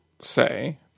say